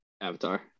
Avatar